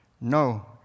No